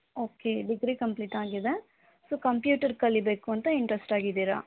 okay degree complete ಆಗಿದೆ so computer ಕಲಿಬೇಕು ಅಂತ ಇಂಟ್ರೆಸ್ಟ್ ಆಗಿದ್ದೀರಿ